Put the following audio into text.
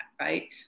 right